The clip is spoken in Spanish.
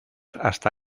hasta